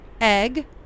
egg